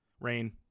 Rain